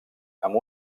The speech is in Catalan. amb